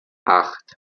acht